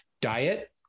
diet